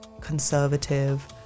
conservative